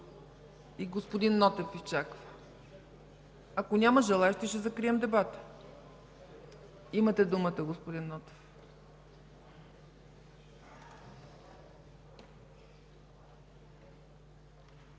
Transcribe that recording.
и господин Нотев изчаква. Ако няма желаещи, ще закрием дебата. Имате думата, господин Нотев.